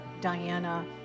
Diana